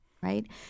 right